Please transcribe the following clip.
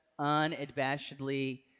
unabashedly